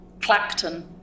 Clacton